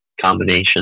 combination